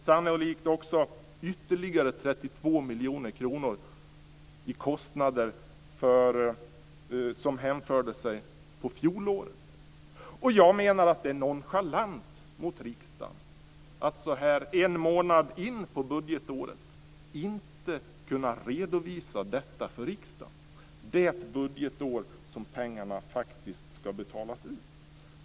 Sannolikt blir det också ytterligare 32 miljoner kronor i kostnader som hänför sig till fjolåret. Jag menar att det är nonchalant mot riksdagen att så här en månad in på budgetåret inte kunna redovisa detta för riksdagen, det budgetår som pengarna faktiskt ska betalas ut.